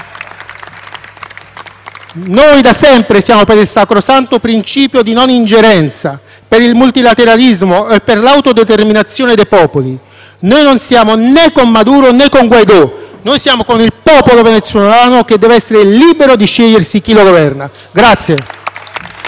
Noi da sempre siamo per il sacrosanto principio di non ingerenza, per il multilateralismo e per l'autodeterminazione dei popoli. Noi non siamo né con Maduro né con Guaidó. Noi siamo con il popolo venezuelano, che deve essere libero di scegliersi chi lo governa.